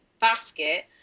basket